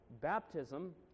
baptism